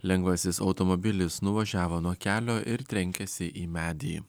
lengvasis automobilis nuvažiavo nuo kelio ir trenkėsi į medį